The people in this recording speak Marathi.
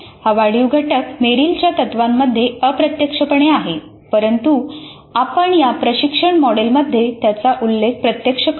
हा वाढीव घटक मेरीलच्या तत्त्वांमध्ये अप्रत्यक्षपणे आहे परंतु आपण या प्रशिक्षण मॉडेलमध्ये त्याचा उल्लेख प्रत्यक्ष करू